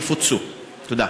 תודה.